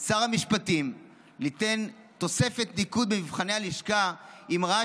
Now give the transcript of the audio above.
שר המשפטים ליתן תוספת ניקוד במבחני הלשכה אם ראה